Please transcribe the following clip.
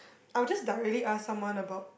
I will just directly ask someone about